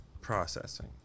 Processing